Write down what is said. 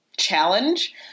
challenge